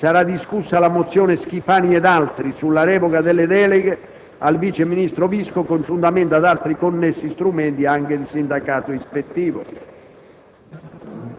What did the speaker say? sarà discussa la mozione Schifani ed altri sulla revoca delle deleghe al vice ministro Visco congiuntamente ad altri connessi strumenti, anche di sindacato ispettivo.